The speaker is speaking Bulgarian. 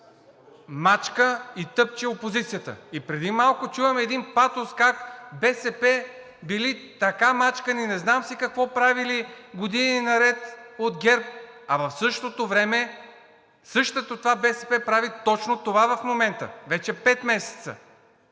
мачка и тъпче опозицията. И преди малко чувам един патос как БСП били така мачкани, не знам си какво правили години наред от ГЕРБ, а в същото време същото това БСП прави точно това в момента – вече пет месеца.